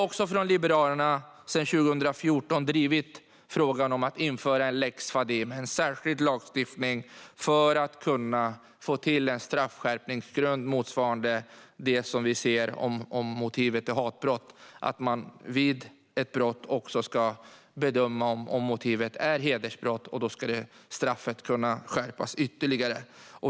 Sedan 2014 har vi från Liberalerna drivit frågan om att införa en lex Fadime, en särskild lagstiftning som innehåller en straffskärpningsgrund motsvarande den vid motivet för hatbrott. Vid ett brott ska man också bedöma om motivet är hedersrelaterat, och då ska straffet kunna skärpas ytterligare.